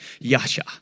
yasha